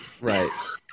Right